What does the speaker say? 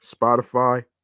spotify